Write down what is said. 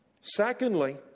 Secondly